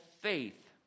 faith